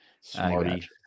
Smarty